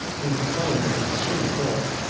who complained of the extreme cold,